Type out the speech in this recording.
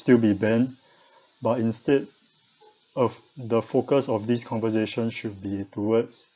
still be banned but instead of the focus of this conversation should be towards